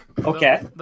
Okay